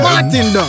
Martin